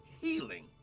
healing